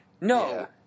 No